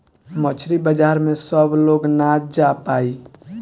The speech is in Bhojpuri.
मछरी बाजार में सब लोग ना जा पाई